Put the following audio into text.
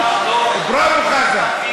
בראבו, חזן.